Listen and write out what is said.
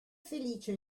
felice